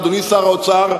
אדוני שר האוצר,